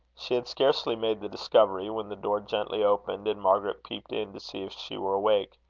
she had scarcely made the discovery, when the door gently opened, and margaret peeped in to see if she were awake.